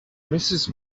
mrs